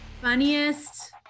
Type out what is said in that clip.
funniest